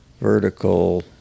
vertical